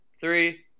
three